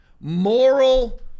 moral